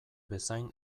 bezain